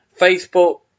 Facebook